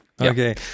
Okay